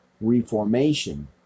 reformation